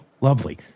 lovely